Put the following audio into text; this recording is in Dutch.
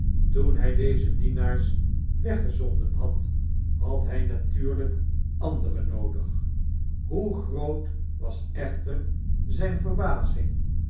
toen hy deze dienaars weggezonden had had hy natuurlijk andere noodigt hoe groot was echter zynverbazing